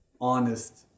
honest